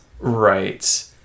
Right